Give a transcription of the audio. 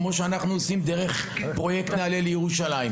כפי שאנחנו עושים בפרויקט ׳נעלה לירושלים׳,